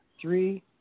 three